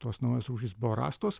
tos naujos rūšys buvo rastos